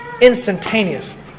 instantaneously